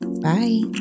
Bye